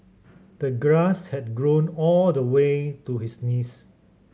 the grass had grown all the way to his knees